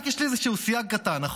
רק יש לי סייג קטן,